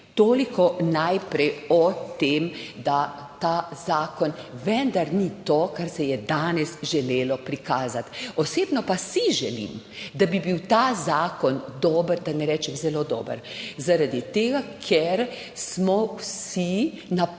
Toliko najprej o tem, da ta zakon vendar ni to, kar se je danes želelo prikazati, osebno pa si želim, da bi bil ta zakon dober, da ne rečem zelo dober, zaradi tega, ker smo vsi na